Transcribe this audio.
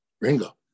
Ringo